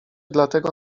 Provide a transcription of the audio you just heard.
dlatego